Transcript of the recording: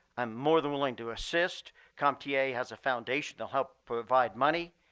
i'm more than willing to assist. comptia has a foundation to help provide money.